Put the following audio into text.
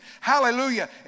Hallelujah